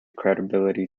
credibility